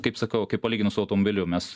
kaip sakau kai palyginus su automobiliu mes